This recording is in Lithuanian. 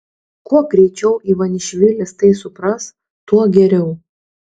kuo greičiau ivanišvilis tai supras tuo geriau